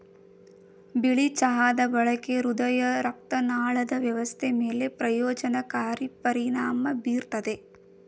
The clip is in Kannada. ಬಿಳಿ ಚಹಾದ ಬಳಕೆ ಹೃದಯರಕ್ತನಾಳದ ವ್ಯವಸ್ಥೆ ಮೇಲೆ ಪ್ರಯೋಜನಕಾರಿ ಪರಿಣಾಮ ಬೀರ್ತದೆ